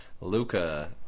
Luca